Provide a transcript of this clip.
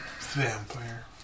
Vampire